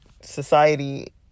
society